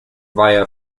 via